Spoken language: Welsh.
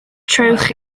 trowch